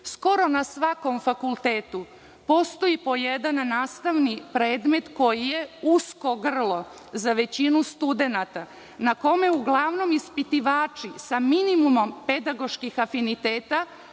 Skoro na svakom fakultetu postoji po jedan nastavni predmet koji je usko grlo za većinu studenata, na kome uglavnom ispitivači sa minimumom pedagoških afiniteta